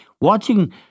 Watching